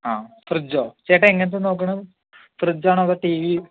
ആ ഫ്രിഡ്ജോ ചേട്ടൻ എങ്ങനത്തെയാണ് നോക്കുന്നത് ഫ്രിഡ്ജാണോ അതോ ടിവി